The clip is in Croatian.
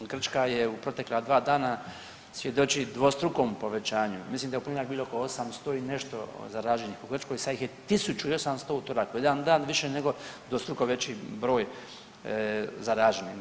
Grčka je u protekla dva dana svjedoči dvostrukom povećanju, mislim da je u ponedjeljak bilo oko 800 i nešto zaraženih u Grčkoj, sad ih je 1800 u utorak, u jedan dan više nego dvostruko veći broj zaraženih.